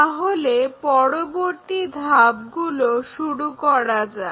তাহলে পরবর্তী ধাপগুলো শুরু করা যাক